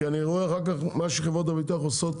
כי אני רואה אחר כך מה שחברות הביטוח עושות.